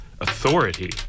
authority